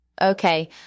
Okay